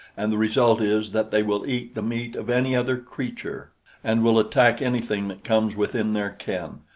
and the result is that they will eat the meat of any other creature and will attack anything that comes within their ken,